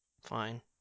Fine